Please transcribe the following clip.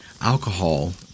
alcohol